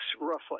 roughly